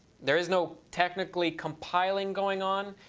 there is no technically compiling going on.